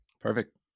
Perfect